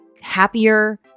happier